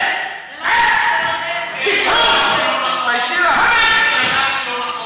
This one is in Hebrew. (בערבית: החיות.) תמונות שלה,